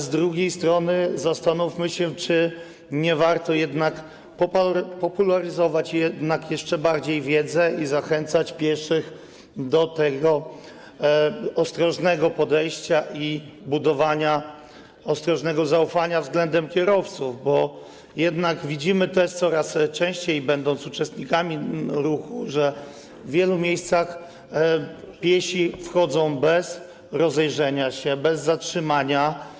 Z drugiej strony zastanówmy się, czy nie warto jednak jeszcze bardziej popularyzować wiedzy i zachęcać pieszych do tego ostrożnego podejścia i budowania ostrożnego zaufania względem kierowców, bo jednak widzimy też coraz częściej, będąc uczestnikami ruchu, że w wielu miejscach piesi wchodzą bez rozejrzenia się, bez zatrzymania.